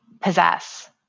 possess